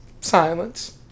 Silence